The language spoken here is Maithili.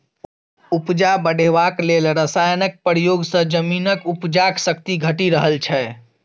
उपजा बढ़ेबाक लेल रासायनक प्रयोग सँ जमीनक उपजाक शक्ति घटि रहल छै